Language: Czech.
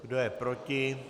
Kdo je proti?